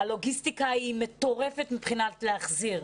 הלוגיסטיקה היא מטורפת להחזיר.